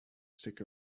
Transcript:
stick